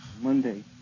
Monday